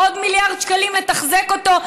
עוד מיליארד שקלים לתחזק אותו,